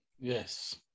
Yes